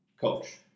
coach